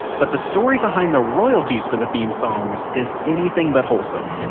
but the story behind the royalties for the theme song is anything but wholesome.